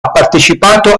partecipato